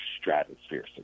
stratosphere